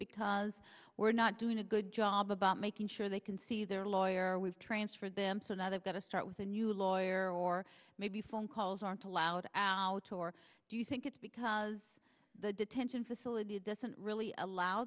because we're not doing a good job about making sure they can see their lawyer we've transferred them so now they've got to start with a new lawyer or maybe phone calls aren't allowed out or do you think it's because the detention facility doesn't really allow